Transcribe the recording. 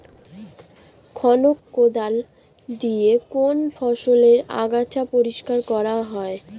খনক কোদাল দিয়ে কোন ফসলের আগাছা পরিষ্কার করা হয়?